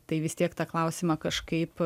tai vis tiek tą klausimą kažkaip